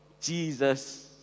Jesus